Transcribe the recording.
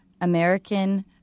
American